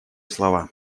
слова